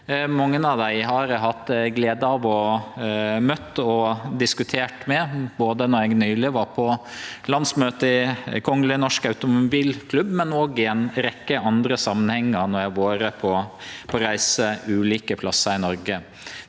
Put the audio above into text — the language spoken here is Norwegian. Mange av dei har eg hatt gleda av å møte og diskutere med, både då eg nyleg var på landsmøtet til Kongelig Norsk Automobilklub og i ei rekkje andre samanhengar når eg har vore på reise ulike plassar i Noreg.